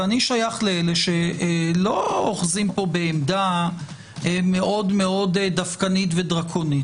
אני שייך לאלה שלא אוחזים פה בעמדה מאוד דווקנית ודרקונית.